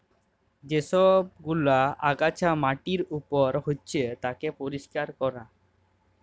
যে সব গুলা আগাছা মাটির উপর হচ্যে তাকে পরিষ্কার ক্যরা